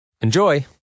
Enjoy